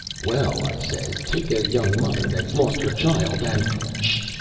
well, i says, take a young mother that's lost her child, and sh!